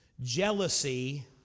Jealousy